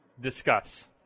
Discuss